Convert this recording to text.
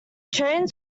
charing